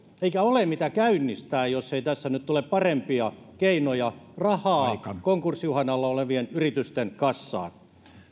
eikä ole mitä käynnistää jos ei tässä nyt tule parempia keinoja rahaa konkurssiuhan alla olevien yritysten kassaan